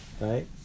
right